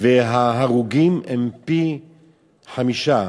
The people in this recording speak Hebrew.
וההרוגים הם פי-חמישה.